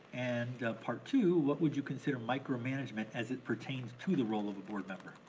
and part two, what would you consider micromanagement as it pertains to the role of a board member?